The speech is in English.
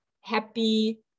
happy